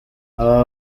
aba